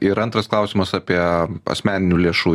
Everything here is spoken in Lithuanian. ir antras klausimas apie asmeninių lėšų